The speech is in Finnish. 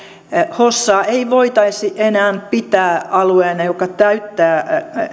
hossaa ei voitaisi enää pitää alueena joka täyttää